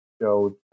showed